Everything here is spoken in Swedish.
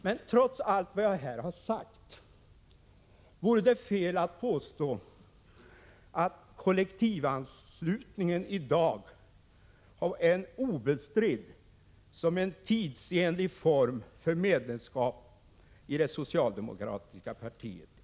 Men trots allt vad jag här har sagt vore det fel att påstå att kollektivanslutningen i dag är obestridd i arbetarrörelsens egen debatt som en tidsenlig form för medlemskap i det socialdemokratiska partiet.